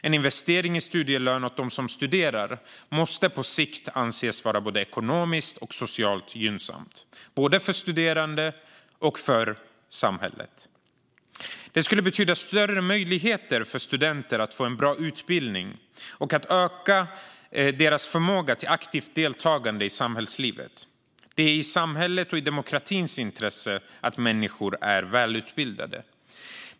En investering i studielön åt dem som studerar måste på sikt anses vara både ekonomiskt och socialt gynnsam för både studerande och samhälle. Detta skulle betyda större möjligheter för studenter att få en bra utbildning och öka deras förmåga till aktivt deltagande i samhällslivet. Det är i samhällets och i demokratins intresse att människor är välutbildade.